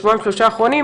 בשבועיים שלושה האחרונים,